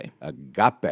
Agape